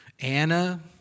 Anna